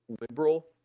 liberal